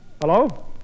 Hello